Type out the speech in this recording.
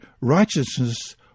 righteousness